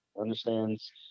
understands